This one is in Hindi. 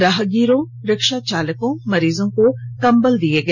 राहगीरों रिक्शा चालकों मरीजो को कम्बल दिया गया